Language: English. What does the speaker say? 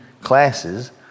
classes